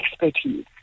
expertise